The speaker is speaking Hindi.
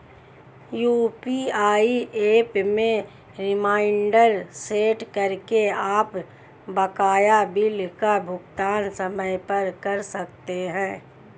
यू.पी.आई एप में रिमाइंडर सेट करके आप बकाया बिल का भुगतान समय पर कर सकते हैं